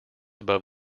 above